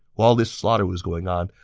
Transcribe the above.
while this slaughter was going on,